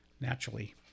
naturally